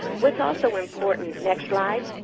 what's also important, next slide,